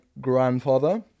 grandfather